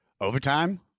overtime